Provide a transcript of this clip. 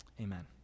amen